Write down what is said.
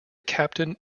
captain